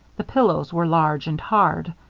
the pillows were large and hard.